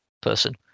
person